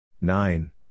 nine